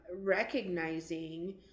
recognizing